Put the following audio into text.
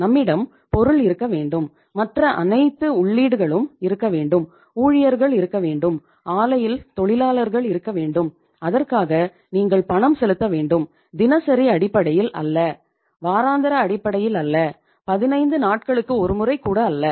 நம்மிடம் பொருள் இருக்க வேண்டும் மற்ற அனைத்து உள்ளீடுகளும் இருக்க வேண்டும் ஊழியர்கள் இருக்க வேண்டும் ஆலையில் தொழிலாளர்கள் இருக்க வேண்டும் அதற்காக நீங்கள் பணம் செலுத்த வேண்டும் தினசரி அடிப்படையில் அல்ல வாராந்திர அடிப்படையில் அல்ல பதினைந்து நாட்களுக்கு ஒருமுறை கூட அல்ல